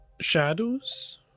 shadows